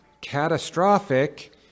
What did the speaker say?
catastrophic